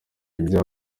ibyaha